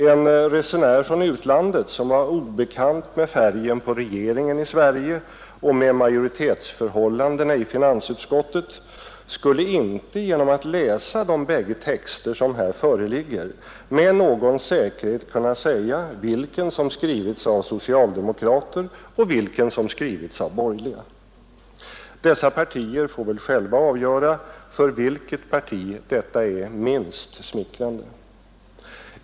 En resenär från utlandet, som är obekant med färgen på regeringen i Sverige och med majoritetsförhållandena i finansutskottet, skulle inte genom att läsa de bägge texter som här föreligger med någon säkerhet kunna säga vilken text som skrivits av socialdemokrater och vilken som skrivits av borgerliga. Dessa partier får väl själva avgöra för vilket parti detta är minst smickrande.